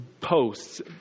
posts